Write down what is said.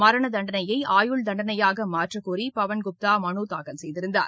மரண தண்டனைய ஆயுள் தண்டனையாக மாற்ற கோரி பவன்குப்தா மனு தாக்கல் செய்திருந்தார்